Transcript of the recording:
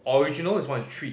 original is one is to three